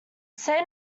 say